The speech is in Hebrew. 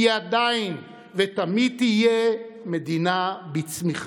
היא עדיין, ותמיד תהיה, מדינה בצמיחה,